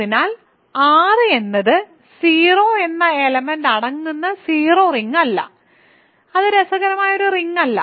അതിനാൽ R എന്നത് 0 എന്ന എലമെന്റ് അടങ്ങുന്ന സീറോ റിങ് അല്ല അത് രസകരമായ ഒരു റിങ് അല്ല